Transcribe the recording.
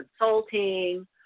consulting